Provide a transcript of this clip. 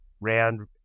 RAND